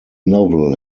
novel